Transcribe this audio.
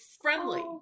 friendly